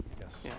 Yes